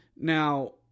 Now